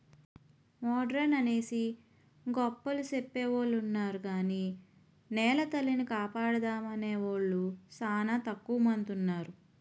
modern అనేసి గొప్పలు సెప్పెవొలున్నారు గాని నెలతల్లిని కాపాడుతామనేవూలు సానా తక్కువ మందున్నారు